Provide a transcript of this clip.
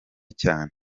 cyane